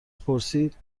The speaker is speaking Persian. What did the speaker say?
پرسید